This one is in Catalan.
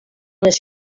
les